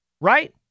right